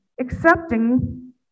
accepting